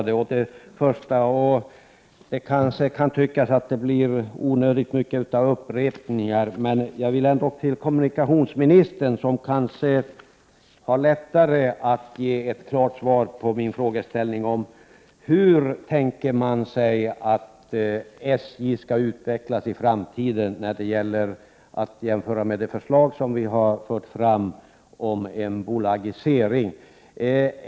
Det kanske kan tyckas att det blir onödigt många upprepningar, men jag vill ändå till kommunikationsministern, som kanske har lättare att ge ett klart svar, ställa följande frågor: Hur tänker man sig att SJ skall utvecklas i framtiden i jämförelse med det förslag vi fört fram om att genomföra en bolagisering?